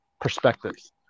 perspectives